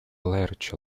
large